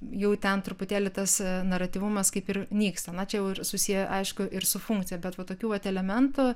jau ten truputėlį tas naratyvumas kaip ir nyksta na čia jau ir susieja aišku ir su funkcija bet va tokių vat elementų